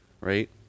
right